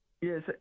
Yes